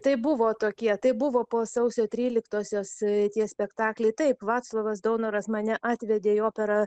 taip buvo tokie tai buvo po sausio tryliktosios tie spektakliai taip vaclovas daunoras mane atvedė į operą